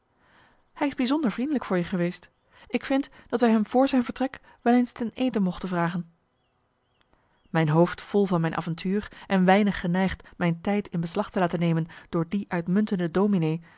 hij is bijzonder vriendelijk voor je geweest ik vind dat wij hem vr zijn vertrek wel eens ten eten mochten vragen mijn hoofd vol van mijn avontuur en weinig geneigd mijn tijd in beslag te laten nemen door die uitmuntende dominee